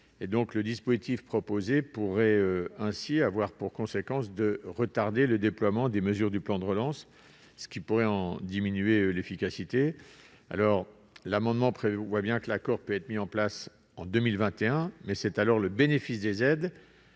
Le dispositif proposé pourrait ainsi avoir pour conséquence de retarder le déploiement des mesures du plan de relance, au risque d'en diminuer l'efficacité. L'amendement prévoit bien que l'accord peut être mis en place en 2021, mais, alors, le bénéfice des aides